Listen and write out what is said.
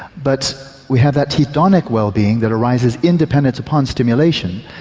but we have that hedonic wellbeing that arises independent upon stimulation,